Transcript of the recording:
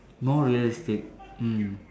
more realistic mm